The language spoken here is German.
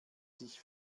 sich